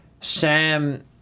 Sam